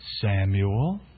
Samuel